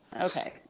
Okay